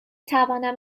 توانم